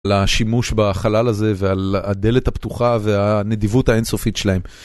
על השימוש בחלל הזה ועל הדלת הפתוחה והנדיבות האינסופית שלהם.